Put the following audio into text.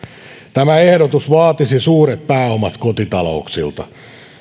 tämä ehdotus vaatisi suuret pääomat kotitalouksilta